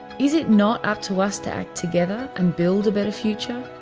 is it not up to us to act together and build a better future?